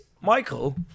Michael